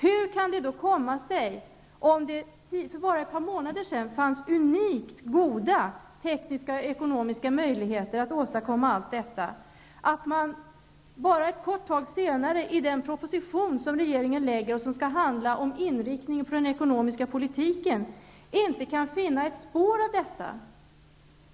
Om det bara för några månader sedan fanns unikt, goda tekniska och ekonomiska möjligheter att åtstadkomma allt detta, hur kan det då komma sig att man kort därefter i den proposition som regeringen lägger fram och som skall handla om inriktningen av den ekonomiska politiken inte kan finna ett spår av detta?